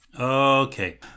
Okay